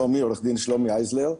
עורך דין שלומי הייזלר,